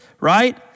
right